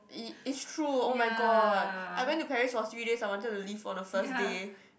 it it's true oh my god I went to Paris for three days I wanted to leave on the first day